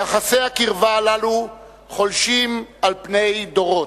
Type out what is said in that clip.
יחסי הקרבה הללו חולשים על פני דורות.